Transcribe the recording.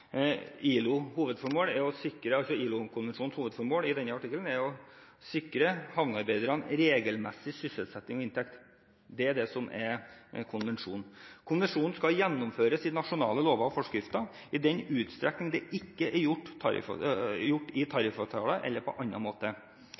denne – er å sikre havnearbeiderne regelmessig sysselsetting og inntekt. Det er det konvensjonen gjelder. Konvensjonen skal gjennomføre sine nasjonale lover og forskrifter, i den utstrekning det ikke er gjort i tariffavtaler eller på annen måte. I